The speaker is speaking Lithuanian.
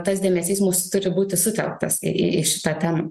tas dėmesys mūsų turi būti sutelktas į į į šitą temą